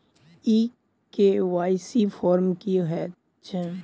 ई KYC form की हएत छै?